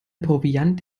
proviant